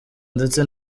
ndetse